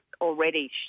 already